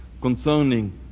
concerning